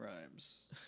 rhymes